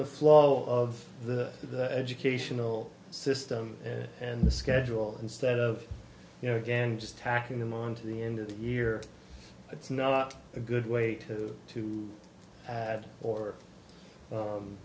the flow of the educational system and the schedule instead of you know again just tacking them on to the end of the year it's not a good way to to add or